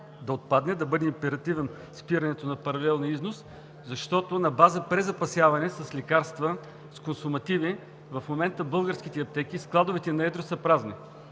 да отпадне, да бъде императивно спирането на паралелния износ, защото на база презапасяване с лекарства, с консумативи в момента българските аптеки – складовете на едро, са празни.